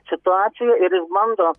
situacija ir jis bando